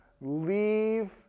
Leave